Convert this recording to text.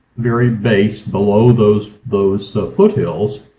very base below those those foothills,